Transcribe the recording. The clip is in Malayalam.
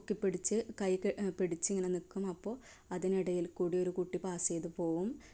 പൊക്കിപ്പിടിച്ച് കൈപിടിച്ച് ഇങ്ങനെ നിക്കും അപ്പോൾ അതിനിടയിൽ കൂടി ഒരു കുട്ടി പാസ് ചെയ്തു പോകും